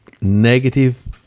negative